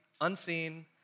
unseen